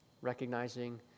recognizing